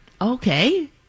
Okay